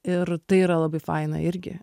ir tai yra labai faina irgi